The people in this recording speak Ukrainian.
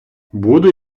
буду